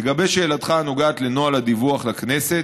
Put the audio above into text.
לגבי שאלתך הנוגעת לנוהל הדיווח לכנסת,